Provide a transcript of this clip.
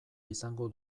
izango